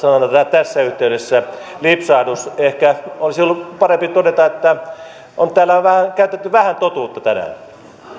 tässä yhteydessä lipsahdus ehkä olisi ollut parempi todeta että täällä on käytetty vähän totuutta tänään